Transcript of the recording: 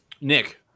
Nick